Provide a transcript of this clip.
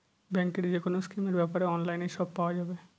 ব্যাঙ্কের যেকোনো স্কিমের ব্যাপারে অনলাইনে সব পাওয়া যাবে